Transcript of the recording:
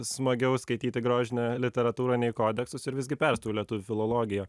smagiau skaityti grožinę literatūrą nei kodeksus ir visgi perstojau į lietuvių filologiją